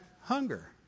hunger